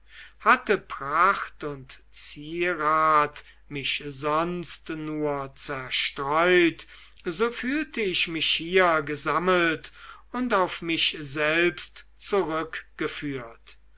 hatte pracht und zierat mich sonst nur zerstreut so fühlte ich mich hier gesammelt und auf mich selbst zurückgeführt